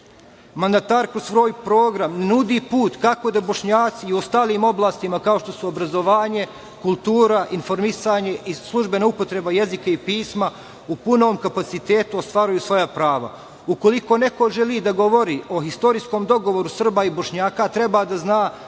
Mandatar kroz svoj program nudi put kako da Bošnjaci i u ostalim oblastima kao što su obrazovanje, kultura, informisanje i službena upotreba jezika i pisma u punom kapacitetu ostvare svoja prava. Ukoliko neko želi da govori o istorijskom dogovoru Srba i Bošnjaka, treba da zna